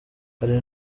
hari